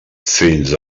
fins